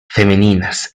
femeninas